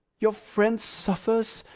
your friend suffers,